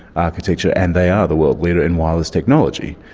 architecture, and they are the world leader in wireless technology.